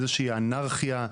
איזושהי אנרכיה?